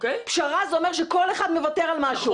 פשרה, זה אומר שכל אחד מוותר על משהו.